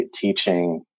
teaching